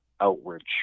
outward